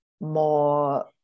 more